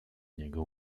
niego